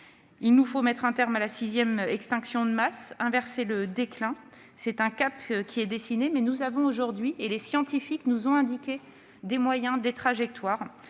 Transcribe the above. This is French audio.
Il nous faut mettre un terme à la sixième extinction de masse, inverser le déclin. C'est un cap qui est dessiné, mais les scientifiques nous ont indiqué des moyens et des trajectoires.